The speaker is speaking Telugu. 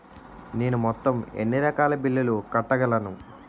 నేను మొత్తం ఎన్ని రకాల బిల్లులు కట్టగలను?